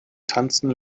tanzen